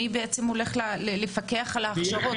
מי הולך לפקח על ההכשרות?